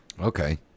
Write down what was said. Okay